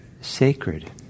sacred